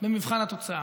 במבחן התוצאה.